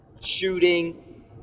shooting